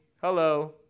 hello